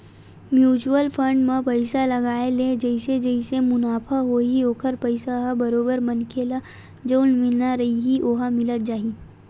mutual fund म पइसा लगाय ले जइसे जइसे मुनाफ होही ओखर पइसा ह बरोबर मनखे ल जउन मिलना रइही ओहा मिलत जाही